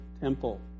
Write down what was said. temple